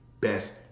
Best